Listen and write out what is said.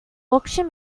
auction